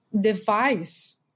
device